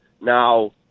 Now